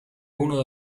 uno